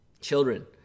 Children